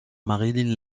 marilyn